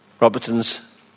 Robertson's